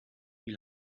wie